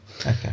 Okay